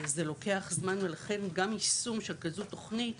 זה לוקח זמן, ולכן גם יישום של כזאת תוכנית